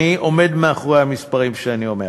אני עומד מאחורי המספרים שאני אומר.